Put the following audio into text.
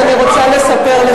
רובי ריבלין, אז אני רוצה לספר לך,